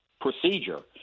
procedure